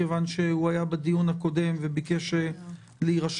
מכיוון שהוא היה בדיון הקודם וביקש להירשם,